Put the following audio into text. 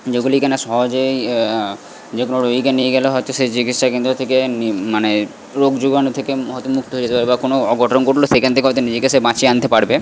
যেগুলি কি না সহজেই যে কোনো রুগিকে নিয়ে গেলে হয়তো সেই চিকিৎসা কেন্দ্র থেকে মানে রোগ জোগানো থেকে হয়তো মুক্ত হয়ে যেতে পারবে বা কোনো অঘটন ঘটলো সেখান থেকে হয়তো নিজেকে সে বাঁচিয়ে আনতে পারবে